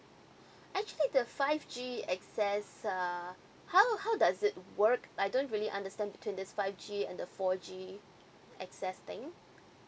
actually the five G access uh how how does it work I don't really understand between this five G and the four G access thing